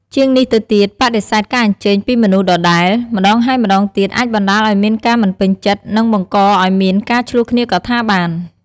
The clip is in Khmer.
ជាងនេះទៅទៀត បដិសេធការអញ្ជើញពីមនុស្សដដែល ម្តងហើយម្តងទៀតអាចបណ្តាលឱ្យមានការមិនពេញចិត្ត និងបង្កអោយមានការឈ្លោះគ្នាក៍ថាបាន។